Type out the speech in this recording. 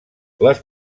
les